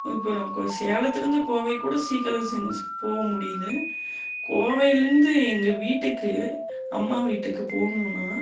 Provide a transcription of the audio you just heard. இப்போ நான் சேலத்துலேருந்து கோவைக்கூட சீக்கரம் போக முடியுது கோவைலேருந்து எங்க வீட்டுக்கு அம்மா வீட்டுக்கு போகணுன்னா